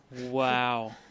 Wow